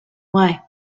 why